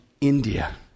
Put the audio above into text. India